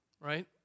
right